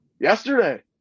Yesterday